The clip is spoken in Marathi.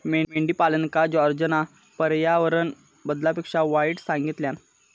मेंढीपालनका जॉर्जना पर्यावरण बदलापेक्षा वाईट सांगितल्यान